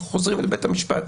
אנחנו חוזרים לבית המשפט.